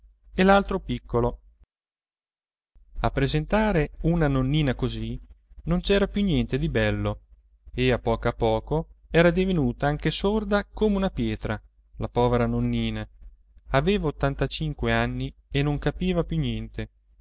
e l'altro piccolo a presentare una nonnina così non c'era più niente di bello e a poco a poco era divenuta anche sorda come una pietra la povera nonnina aveva ottantacinque anni e non capiva più niente